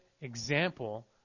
example